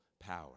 power